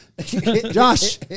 josh